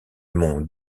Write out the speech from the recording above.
mont